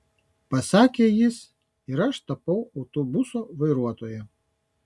pasakė jis ir aš tapau autobuso vairuotoja